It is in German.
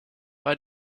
bei